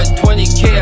20k